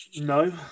No